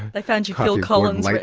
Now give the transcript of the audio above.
they found your phil collins. like